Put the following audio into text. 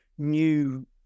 new